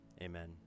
Amen